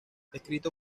escrito